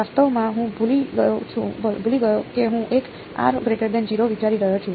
વાસ્તવમાં હું ભૂલી ગયો કે હું એક વિચારી રહ્યો છું